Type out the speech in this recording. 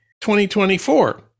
2024